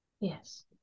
Yes